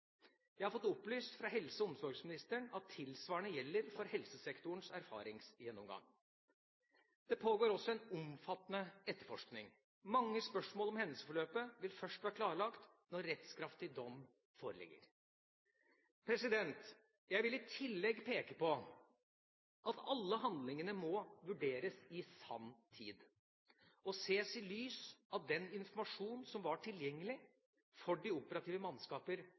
Jeg har fått opplyst fra helse- og omsorgsministeren at tilsvarende gjelder for helsesektorens erfaringsgjennomgang. Det pågår også en omfattende etterforskning. Mange spørsmål om hendelsesforløpet vil først være klarlagt når rettskraftig dom foreligger. Jeg vil i tillegg peke på at alle handlingene må vurderes i sanntid, og ses i lys av den informasjon som var tilgjengelig for de operative mannskaper